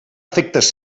efectes